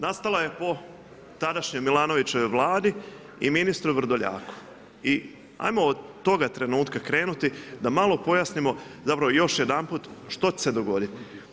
Nastala je po tadašnjoj Milanovićevoj vladi i ministru Vrdoljaku i ajmo od toga trenutka krenuti, da malo pojasnimo, zapravo, još jedanput što će se dogoditi.